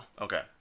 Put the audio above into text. Okay